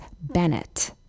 Bennett